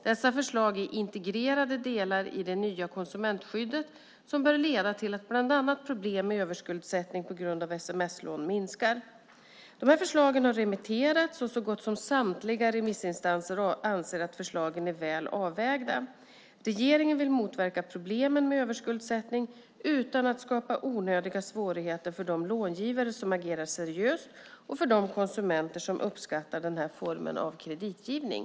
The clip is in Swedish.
Dessa förslag är integrerade delar i det nya konsumentskyddet som bör leda till att bland annat problem med överskuldsättning på grund av sms-lån minskar. Dessa förslag har remitterats, och så gott som samtliga remissinstanser anser att förslagen är väl avvägda. Regeringen vill motverka problemen med överskuldsättning utan att skapa onödiga svårigheter för de långivare som agerar seriöst och för de konsumenter som uppskattar denna form av kreditgivning.